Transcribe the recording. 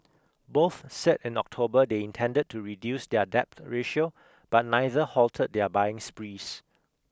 both said in October they intended to reduce their debt ratio but neither halted their buying sprees